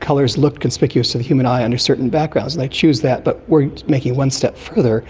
colours looked conspicuous to the human eye under certain backgrounds, and they'd choose that. but we're making it one step further,